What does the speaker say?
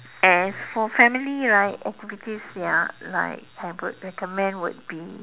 as for family right activities they are like I would recommend would be